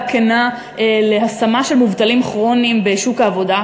כנה להשמה של מובטלים כרוניים בשוק העבודה,